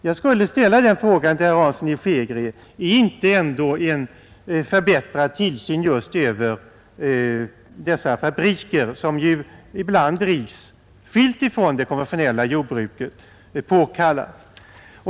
Jag vill ställa frågan till herr Hansson i Skegrie: Är inte ändå en förbättrad tillsyn påkallad just över dessa fabriker, som ju ibland drivs skilda från det konventionella jordbruket?